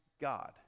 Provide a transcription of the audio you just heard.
God